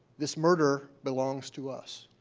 this murder belongs to us.